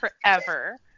forever